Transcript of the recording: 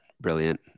Brilliant